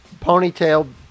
ponytail